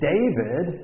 David